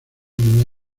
muy